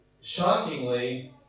shockingly